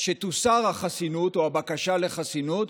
שתוסר החסינות או הבקשה לחסינות,